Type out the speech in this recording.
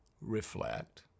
reflect